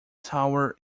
tower